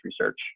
research